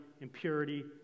impurity